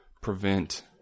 prevent